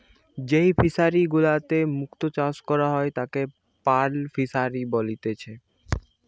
যেই ফিশারি গুলাতে মুক্ত চাষ করা হয় তাকে পার্ল ফিসারী বলেতিচ্ছে